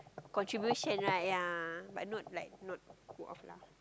contribution right ya but not like not go off lah